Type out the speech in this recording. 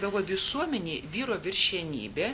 galvoj visuomenėj vyro viršenybė